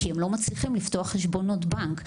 כי הם לא מצליחים לפתוח חשבונות בנק,